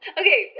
okay